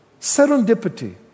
Serendipity